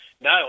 No